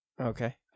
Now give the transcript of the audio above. okay